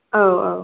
औ औ